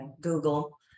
Google